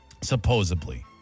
supposedly